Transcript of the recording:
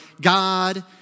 God